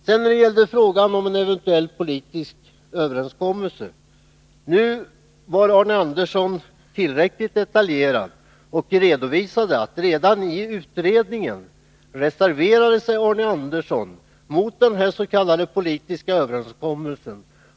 Sedan vill jag återkomma till frågan om den politiska överenskommelsen. I sitt senaste anförande var Arne Andersson tillräckligt detaljerad och redovisade att han redan i utredningen reserverade sig mot dens.k. politiska överenskommelsen.